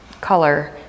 color